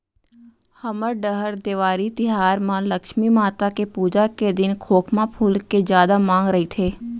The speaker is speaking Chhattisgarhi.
हमर डहर देवारी तिहार म लक्छमी माता के पूजा के दिन खोखमा फूल के जादा मांग रइथे